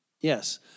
Yes